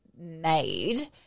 made